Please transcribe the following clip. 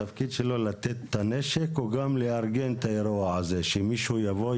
התפקיד שלו לתת את הנשק או גם לארגן את האירוע הזה שמישהו יבוא,